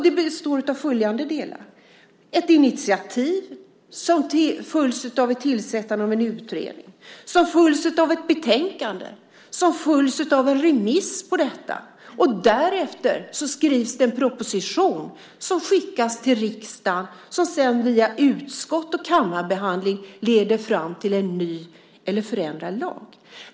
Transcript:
Det består av följande delar: Det tas ett initiativ som följs av tillsättandet av en utredning, som följs av ett betänkande, som följs av en remiss på detta. Därefter skrivs en proposition som skickas till riksdagen som sedan, via utskotts och kammarbehandling, leder fram till en ny eller förändrad lag.